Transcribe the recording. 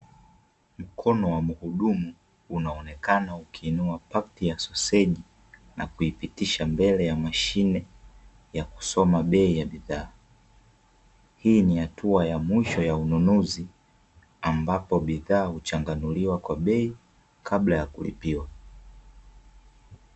Mkono wa mhudumu unaonekana ukiinua pakti ya soseji na kuipitisha mbele ya mashine ya kusoma bei ya bidhaa. Hii ni hatua ya mwisho ya ununuzi, ambapo bidhaa huchanganuliwa kwa bei kabla ya kulipiwa.